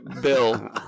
Bill